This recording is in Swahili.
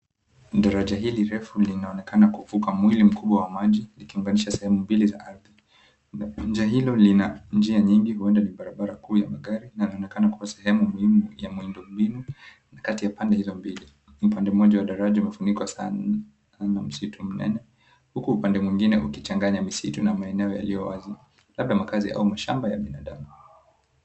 Daraja hili refu linaonekana kuvuka mwili mkubwa wa maji likiunganisha sehemu mbili za ardhi. Njia hilo lina njia nyingi huenda ni barabara kuu ya magari na inaonekana kuwa sehemu muhimu ya mwendombinu na kati ya pande hizo mbili, upande mmoja wa daraja umefunikwa na msitu mnene, huku upande mwingine ukichanganya misitu na maeneo yaliyo wazi, labda makazi au mashamba ya binadamu.